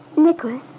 Nicholas